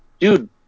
Dude